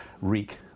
reek